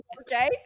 okay